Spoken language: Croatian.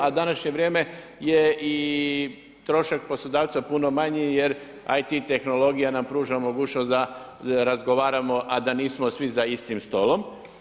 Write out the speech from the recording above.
A današnje vrijeme je i trošak poslodavca puno manji, jer IT tehnologija nam pruža mogućnost da razgovaramo a da nismo svi za istim stolom.